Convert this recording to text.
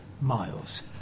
miles